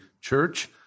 church